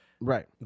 right